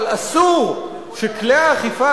אבל אסור שכלי האכיפה,